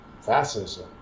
fascism